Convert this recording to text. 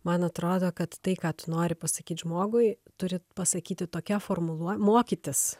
man atrodo kad tai ką tu nori pasakyt žmogui turi pasakyti tokia formuluote mokytis